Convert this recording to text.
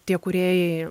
tie kūrėjai